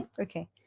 okay